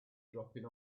dropping